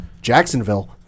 Jacksonville